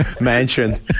Mansion